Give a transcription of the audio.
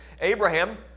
Abraham